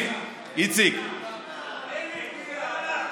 לאיציק כהן.